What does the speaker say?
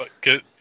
good